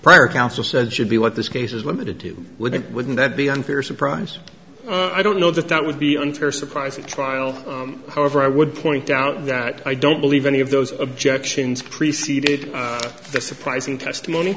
prior counsel said should be what this case is limited to wouldn't wouldn't that be unfair surprise i don't know that that would be unfair surprise at trial however i would point out that i don't believe any of those objections preceded it the surprising testimony